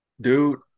dude